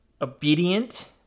obedient